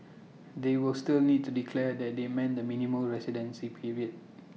they will still need to declare that they meant the minimum residency period